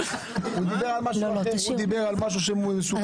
הוא דיבר על משהו אחר, הוא דיבר על משהו שסוכם.